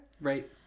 right